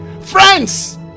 friends